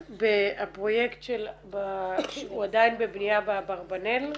אז הפרויקט הוא עדיין בבנייה באברבנאל?